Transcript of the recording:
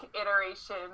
iteration